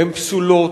הם פסולים,